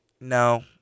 No